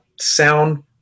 sound